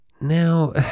Now